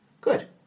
Good